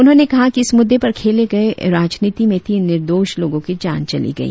उन्होंने कहा कि इस मुद्दे पर खेले गए राजनीति में तीन निर्दोष लोगों की जान चली गई